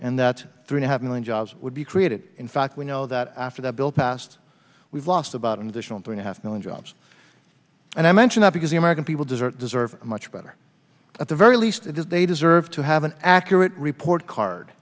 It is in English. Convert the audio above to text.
and that three and a half million jobs would be created in fact we know that after the bill passed we've lost about an additional two and a half million jobs and i mention that because the american people deserve deserve much better at the very least it is they deserve to have an accurate report card